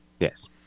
Yes